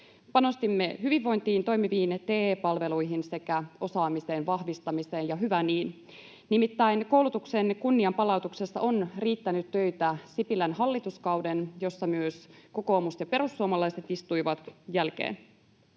Panostimme hyvinvointiin, toimiviin TE-palveluihin sekä osaamisen vahvistamiseen, ja hyvä niin. Nimittäin koulutuksen kunnianpalautuksessa on riittänyt töitä Sipilän hallituskauden jälkeen, jossa myös kokoomus ja perussuomalaiset istuivat.